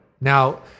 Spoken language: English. Now